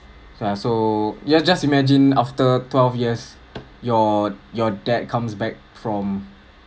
so ya just imagine after twelve years your your debt comes back from